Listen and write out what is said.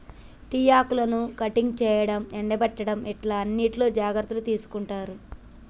tea ఆకులను cutting చేయడం, ఎండపెట్టడం ఇట్లా అన్నిట్లో జాగ్రత్తలు తీసుకుంటారు